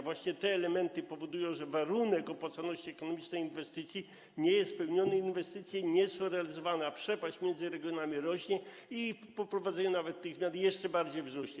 Właśnie te elementy powodują, że warunek opłacalności ekonomicznej inwestycji nie jest spełniony i inwestycje nie są realizowane, a przepaść między regionami rośnie i po wprowadzeniu nawet tych zmian jeszcze bardziej wzrośnie.